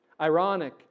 Ironic